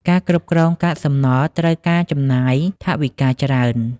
ការគ្រប់គ្រងកាកសំណល់ត្រូវការចំណាយថវិកាច្រើន។